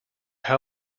how